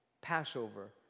Passover